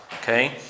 Okay